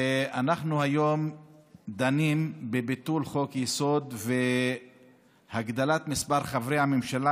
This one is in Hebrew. ואנחנו היום דנים בביטול חוק-יסוד ובהגדלת מספר חברי הממשלה,